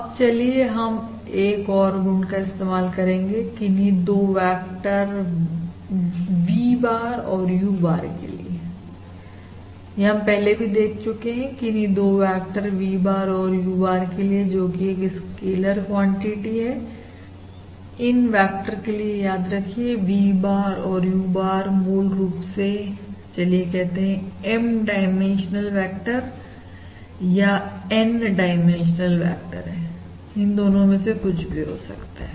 अब चलिए हम एक और गुण का इस्तेमाल करेंगे किन्ही 2 वेक्टर V bar और U bar के लिए यह हम पहले भी देख चुके हैं किन्ही 2 वेक्टर V bar और U bar के लिए जो कि एक स्कैलर क्वांटिटी हैइन वेक्टर के लिए याद रखिए V bar और U bar मूल रूप से चलिए कहते हैं M डाइमेंशनल वेक्टर या n डाइमेंशनल वेक्टर इन दोनों में से कुछ भी हो सकते हैं